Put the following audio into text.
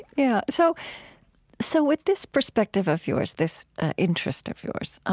yeah so so with this perspective of yours, this interest of yours,